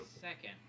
Second